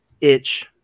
itch